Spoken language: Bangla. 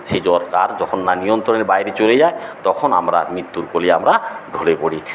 সেই জ্বর কার যখন নিয়ন্ত্রণের বাইরে চলে যায় তখন আমরা মৃত্যুর কোলে আমরা ঢলে পরি